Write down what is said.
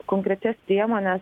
konkrečias priemones